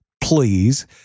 please